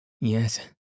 Yes